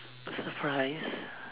surprise